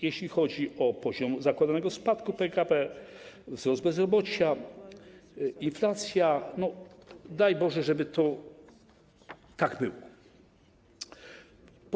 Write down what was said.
Jeśli chodzi o poziom zakładanego spadku PKB, wzrost bezrobocia, inflację - no daj Boże, żeby tak było.